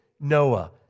Noah